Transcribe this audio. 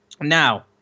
Now